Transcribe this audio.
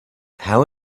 how